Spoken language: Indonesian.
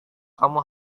kamu